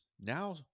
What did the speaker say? Now